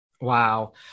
Wow